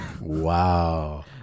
Wow